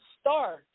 start